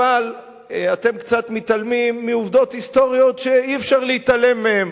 אתם קצת מתעלמים מעובדות היסטוריות שאי-אפשר להתעלם מהן,